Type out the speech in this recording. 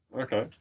Okay